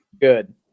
good